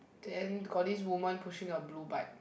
then got this woman pushing a blue bike